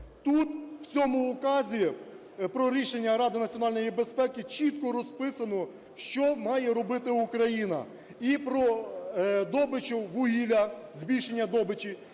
Тут, в цьому Указі про рішення Ради національної безпеки, чітко розписано, що має робити Україна. І про добичу вугілля, збільшення добичі,